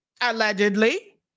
allegedly